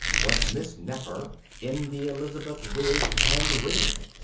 was miss nefer in the elizabeth wig and rig.